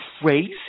crazy